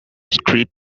street